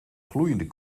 gloeiende